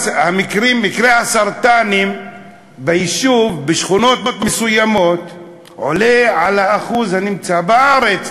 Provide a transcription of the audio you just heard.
מקרי הסרטן ביישוב בשכונות מסוימות עולים על האחוז הקיים בארץ.